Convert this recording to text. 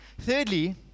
Thirdly